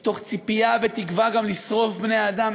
מתוך ציפייה ותקווה גם לשרוף בניהאדם,